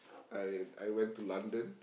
I I went to London